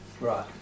Right